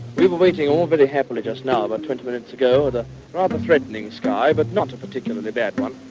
we were waiting all very happily just now about twenty minutes ago with a rather threatening sky but not a particularly bad one.